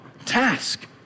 task